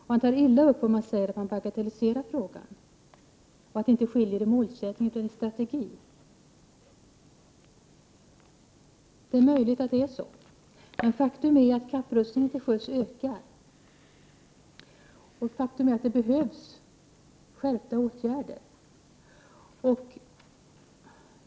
Och han tar illa upp om man säger att 29 maj 1989 han bagatelliserar frågan. Han säger att det inte är målsättningen som skiljer oss åt utan strategin. Det är möjligt att det är på det sättet. Men faktum är att kapprustningen till sjöss ökar och att det behövs en skärpning när det gäller åtgärderna.